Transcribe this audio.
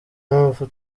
n’urupfu